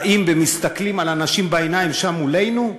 באים ומסתכלים על אנשים בעיניים, שם מולנו,